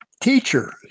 Teacher